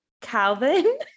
Calvin